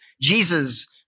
Jesus